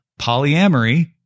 polyamory